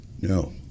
No